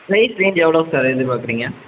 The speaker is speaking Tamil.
ப்ரைஸ் ரேஞ் எவ்வளோ சார் எதிர்பார்க்குறிங்க